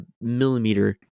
millimeter